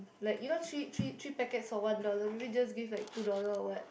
like you know three three three packets for one dollar maybe just give like two dollar or what